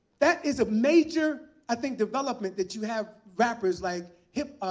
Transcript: that is a major, i think, development that you have rappers like him,